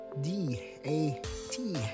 D-A-T